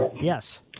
Yes